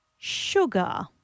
Sugar